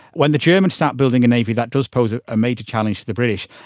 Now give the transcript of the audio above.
when the germans start building a navy, that does pose a major challenge to the british.